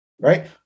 Right